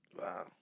Wow